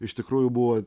iš tikrųjų buvo